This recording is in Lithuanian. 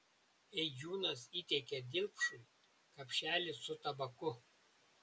eidžiūnas įteikė dilpšui kapšelį su tabaku